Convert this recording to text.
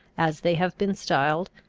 as they have been styled,